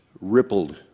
rippled